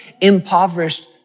impoverished